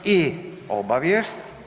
I obavijest.